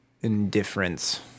indifference